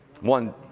one